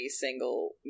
single